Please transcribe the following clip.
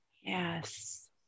Yes